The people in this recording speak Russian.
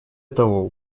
того